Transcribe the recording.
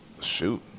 Shoot